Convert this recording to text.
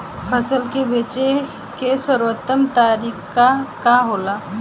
फसल के बेचे के सर्वोत्तम तरीका का होला?